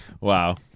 Wow